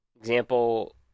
example